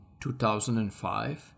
2005